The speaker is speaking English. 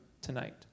tonight